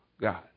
God